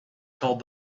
called